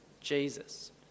Jesus